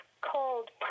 cold